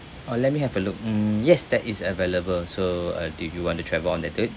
uh let me have a look mm yes that is available so uh do you want to travel on that date